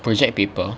project paper